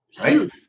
Right